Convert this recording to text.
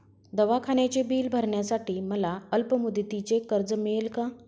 दवाखान्याचे बिल भरण्यासाठी मला अल्पमुदतीचे कर्ज मिळेल का?